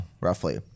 roughly